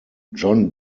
john